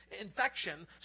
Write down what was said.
infection